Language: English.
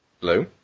Blue